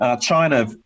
China